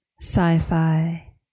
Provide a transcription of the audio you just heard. sci-fi